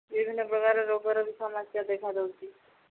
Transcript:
ବିଭିନ୍ନ ପ୍ରକାର ରୋଗର ବି ସମସ୍ୟା ଦେଖା ଦେଉଛି